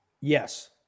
Yes